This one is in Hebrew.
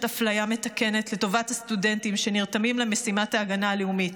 אפליה מתקנת לטובת הסטודנטים שנרתמים למשימת ההגנה הלאומית.